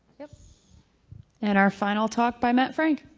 yeah and our final talk by matt frank.